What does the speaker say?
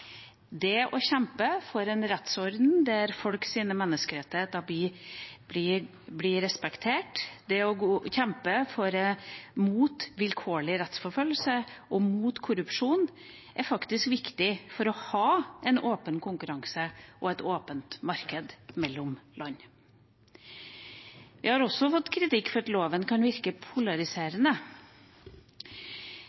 Det å kjempe for en rettsorden der folks menneskerettigheter blir respektert, det å kjempe mot vilkårlig rettsforfølgelse og mot korrupsjon, er faktisk viktig for å ha en åpen konkurranse og et åpent marked mellom land. Vi har også fått kritikk for at loven kan virke